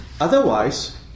otherwise